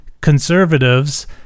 conservatives